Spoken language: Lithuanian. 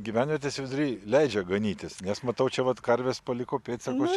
gyvenvietės vidury leidžia ganytis nes matau čia vat karvės paliko pėdsakus